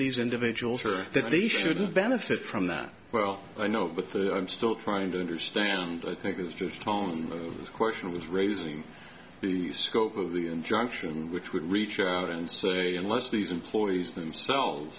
these individuals or that they shouldn't benefit from that well i know but the i'm still trying to understand i think this tone with the question was raising the scope of the injunction which would reach out and say unless these employees themselves